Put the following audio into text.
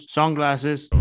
sunglasses